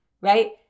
right